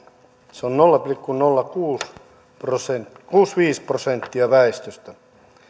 se on nolla pilkku nolla kuusi viisi prosenttia väestöstä